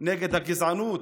נגד הגזענות,